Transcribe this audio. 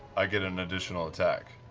i get an additional attack.